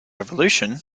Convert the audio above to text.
revolution